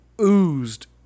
oozed